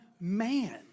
man